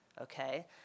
Okay